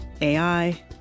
AI